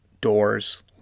doors